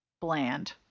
bland